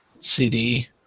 CD